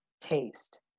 taste